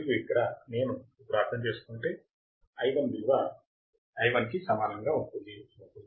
మరియు ఇక్కడ నేను అప్పుడు అర్థం చేసుకుంటే I1 విలువ I1 కి సమానముగా ఉంటుంది అనుకుంటే